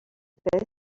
espèce